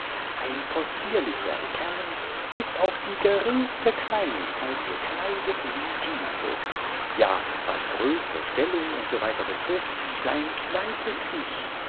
ein possierlicher kerl bis auf die geringste kleinigkeit gekleidet wie giglio ja was größe stellung u s betrifft sein zweites ich